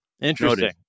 Interesting